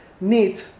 need